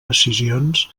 decisions